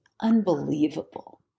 unbelievable